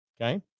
okay